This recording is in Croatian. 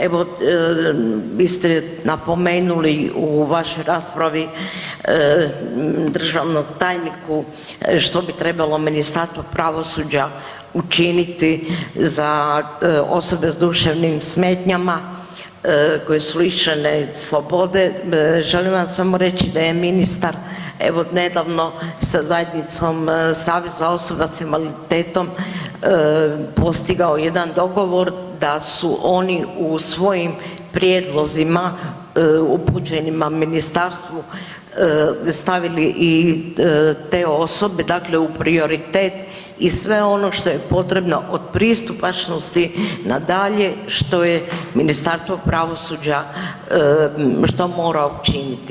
Evo svi ste napomenuli u vašoj raspravi državnom tajniku što bi trebalo Ministarstvo pravosuđa učiniti za osobe s duševnim smetnjama koje su lišene slobode, želim vam samo reći da je ministar evo nedavno sa zajednicom Saveza osoba s invaliditetom postigao jedan dogovor da su oni u svojim prijedlozima upućenima ministarstvu stavili i te osobe, dakle u prioritet i sve onoš to je potrebno od pristupačnosti na dalje što je Ministarstvo pravosuđa što mora učiniti.